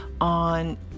on